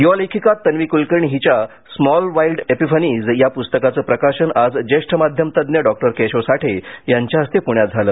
युवा लेखिका तन्वी कूलकर्णी हिच्या स्मॉल वाईल्ड एपीफनीज या पुस्तकाचं प्रकाशन आज ज्येष्ठ मध्यमतज्ञ डॉ केशव साठे यांच्या हस्ते पुण्यात झालं